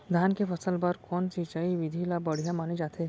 धान के फसल बर कोन सिंचाई विधि ला बढ़िया माने जाथे?